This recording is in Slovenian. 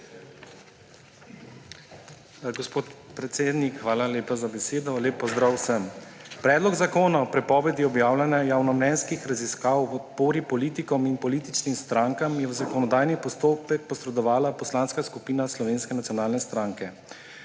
Gospod predsednik, hvala lepa za besedo. Lep pozdrav vsem! Predlog zakona o prepovedi objavljanja javnomnenjskih raziskav o podpori politikom in političnim strankam je v zakonodajni postopek posredovala Poslanska skupina Slovenske nacionalne stranke.